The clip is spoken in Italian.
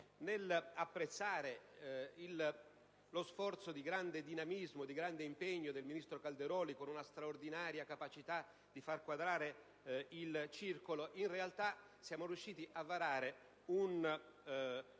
nell'apprezzare lo sforzo di grande dinamismo e impegno del ministro Calderoli e la sua straordinaria capacità di far quadrare il cerchio, che in realtà siamo riusciti a varare